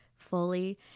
Fully